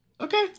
Okay